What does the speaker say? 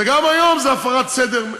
וגם היום זה הפרת סדר,